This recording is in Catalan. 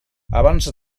abans